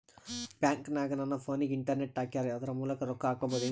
ಬ್ಯಾಂಕನಗ ನನ್ನ ಫೋನಗೆ ಇಂಟರ್ನೆಟ್ ಹಾಕ್ಯಾರ ಅದರ ಮೂಲಕ ರೊಕ್ಕ ಹಾಕಬಹುದೇನ್ರಿ?